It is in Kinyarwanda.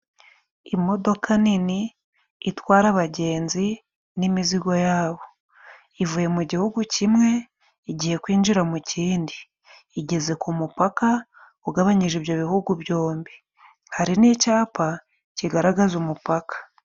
Imodoka nini itwara abagenzi n'imizigo ya bo. Ivuye mu gihugu kimwe igihe kwinjira mu kindi. Igeze ku mupaka ugabanyije ibyo bihugu byombi. Hari n'icyapa kigaragaza umupaka.